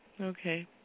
Okay